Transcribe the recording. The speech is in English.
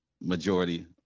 Majority